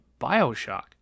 Bioshock